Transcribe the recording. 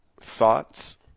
Thoughts